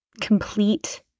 complete